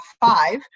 five